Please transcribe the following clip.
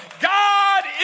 God